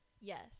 Yes